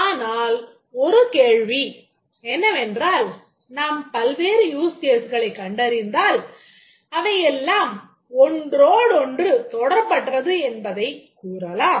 ஆனால் ஒரு கேள்வி என்னவென்றால் நாம் பல்வேறு யூஸ் கேஸ்களைக் கண்டறிந்தால் அவை எல்லாம் ஒன்றோடொன்று தொடர்பற்றது என்பதைக் கூறலாம்